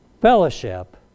Fellowship